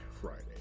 Friday